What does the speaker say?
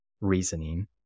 reasoning